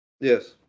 Yes